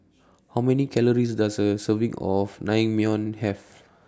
How Many Calories Does A Serving of Naengmyeon Have